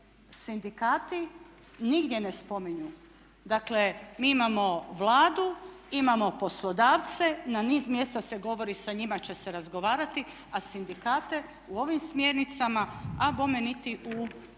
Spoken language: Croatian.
sindikati nigdje ne spominju. Dakle, mi imamo Vladu, imamo poslodavce, na niz mjesta se govori sa njima će se razgovarati, a sindikate u ovim smjernicama a bome niti u onome